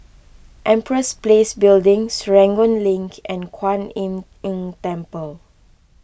Empress Place Building Serangoon Link and Kwan Im Tng Temple